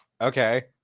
okay